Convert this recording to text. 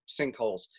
sinkholes